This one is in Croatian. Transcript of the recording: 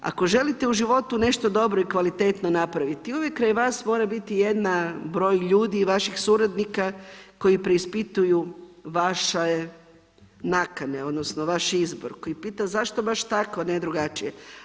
Ako želite u životu nešto dobro i kvalitetno napraviti, uvijek kraj vas mora biti jedan broj ljudi i vaših suradnika koji preispituju vaše nakane, odnosno vaš izbor koji pita zašto baš tako, a ne drugačije.